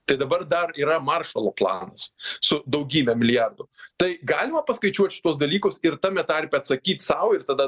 tai dabar dar yra maršalo planas su daugybe milijardų tai galima paskaičiuot šituos dalykus ir tame tarpe atsakyt sau ir tada